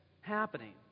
happening